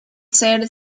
ser